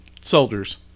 soldiers